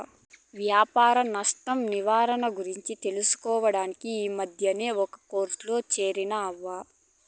వ్యాపార నష్ట నిర్వహణ గురించి తెలుసుకోడానికి ఈ మద్దినే ఒక కోర్సులో చేరితిని అవ్వా